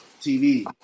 TV